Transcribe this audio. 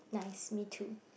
nice me too